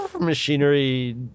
machinery